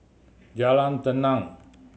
Jalan Tenang